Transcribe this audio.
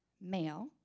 male